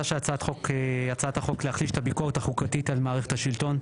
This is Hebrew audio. מטרתה של הצעת החוק להחליש את הביקורת החוקתית על מערכת השלטון.